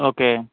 okay